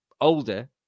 older